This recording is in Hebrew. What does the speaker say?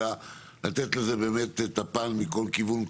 אלא לתת לזה באמת את הפן מכל כיוון,